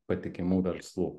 patikimų verslų